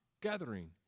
gathering